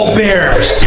bears